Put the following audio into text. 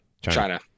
China